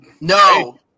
No